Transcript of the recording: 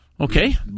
Okay